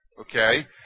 okay